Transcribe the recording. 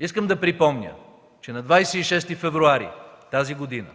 Искам да припомня, че на 26 февруари 2013 г.